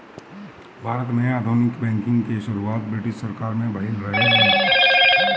भारत में आधुनिक बैंकिंग के शुरुआत ब्रिटिस सरकार में भइल रहे